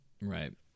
Right